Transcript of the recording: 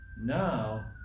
Now